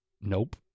Nope